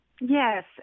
Yes